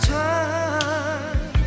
time